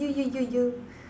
you you you you